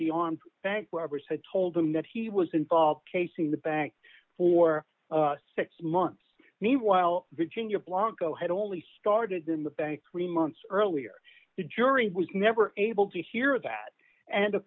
the on bank robbers had told them that he was involved casing the bank for six months meanwhile virginia blanco had only started in the bank three months earlier the jury was never able to hear that and